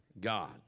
God